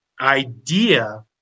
idea